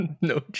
no